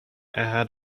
had